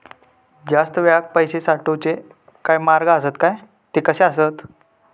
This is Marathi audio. जास्त वेळाक पैशे साठवूचे काय मार्ग आसत काय ते कसे हत?